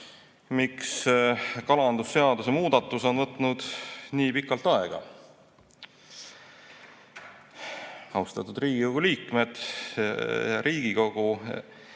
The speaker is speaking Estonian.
miks kalandusseaduse muudatus on võtnud nii pikalt aega?" Austatud Riigikogu liikmed! Hea Riigikogu!